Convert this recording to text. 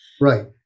Right